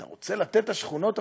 אתה רוצה לתת את השכונות הפלסטיניות?